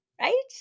right